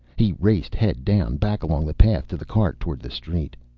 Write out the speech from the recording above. he raced, head down, back along the path to the cart, toward the street.